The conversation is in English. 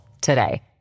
today